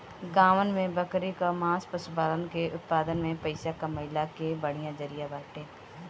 गांवन में बकरी कअ मांस पशुपालन के उत्पादन में पइसा कमइला के बढ़िया जरिया बाटे